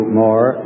more